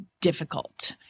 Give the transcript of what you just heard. difficult